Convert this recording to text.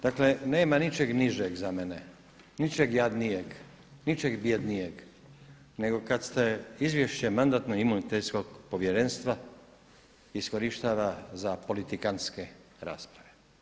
Dakle, nema ničeg nižeg za mene, ničeg jadnijeg, ničeg bjednijeg nego kad se Izvješće Mandatno-imunitetnog povjerenstva iskorištava za politikantske rasprave.